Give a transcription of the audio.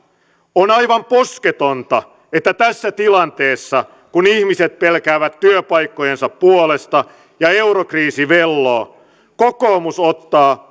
on aivan posketonta että tässä tilanteessa kun ihmiset pelkäävät työpaikkojensa puolesta ja eurokriisi velloo kokoomus ottaa